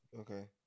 Okay